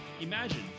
Imagine